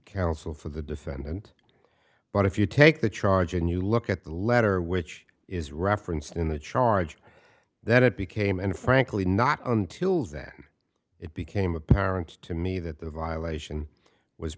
counsel for the defendant but if you take the charge and you look at the letter which is referenced in the charge that it became and frankly not until then it became apparent to me that the violation was